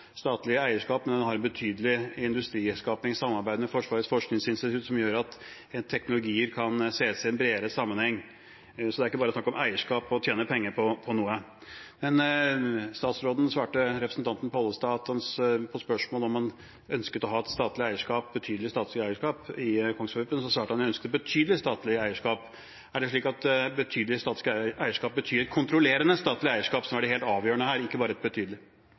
statlig eierskap, men også et betydelig industriskapingssamarbeid med Forsvarets forskningsinstitutt som gjør at teknologier kan sees i en bredere sammenheng. Det er ikke bare snakk om eierskap og om å tjene penger. Statsråden svarte representanten Pollestad på spørsmålet om han ønsket å ha et betydelig statlig eierskap i Kongsberg Gruppen, at han ønsket å ha et «betydelig» statlig eierskap. Er det slik at et betydelig statlig eierskap betyr et kontrollerende statlig eierskap, som er det helt avgjørende her, og ikke bare et betydelig?